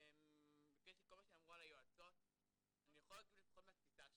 --- כל מה שאמרו על היועצות אני יכול לבחון מהתפיסה שלי.